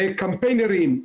בקמפיינרים.